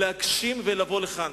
להגשים ולבוא לכאן.